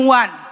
one